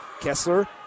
Kessler